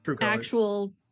actual